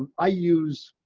um i use